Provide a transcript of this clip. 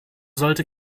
sollte